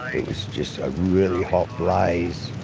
it was just a really hot blaze